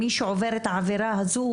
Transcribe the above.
מי שעובר את העבירה הזו,